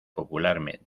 popularmente